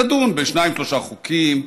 תדון בשניים-שלושה חוקים,